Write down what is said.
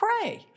pray